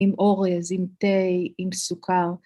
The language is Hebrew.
‫עם אורז, עם תה, עם סוכר.